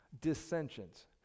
dissensions